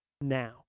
Now